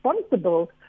responsible